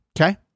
okay